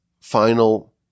final